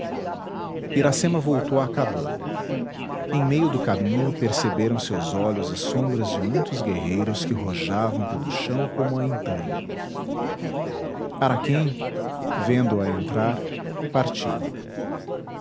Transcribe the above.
iracema voltou à cabana em meio do caminho perceberam seus olhos as sombras de muitos guerreiros que rojavam pelo chão como a intanha araquém vendo-a entrar partiu